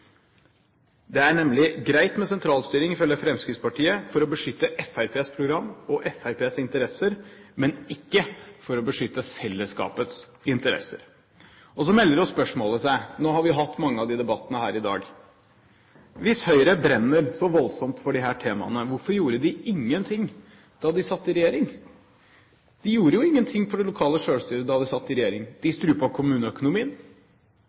Det er nemlig greit med sentralstyring, ifølge Fremskrittspartiet, for å beskytte Fremskrittspartiets program og Fremskrittspartiets interesser, men ikke for å beskytte fellesskapets interesser. Og så melder jo spørsmålet seg – nå har vi jo hatt mange av de debattene her i dag: Hvis Høyre brenner så voldsomt for disse temaene, hvorfor gjorde de ingen ting da de satt i regjering? De gjorde jo ingenting for det lokale selvstyret da de satt i regjering. De strupet kommuneøkonomien,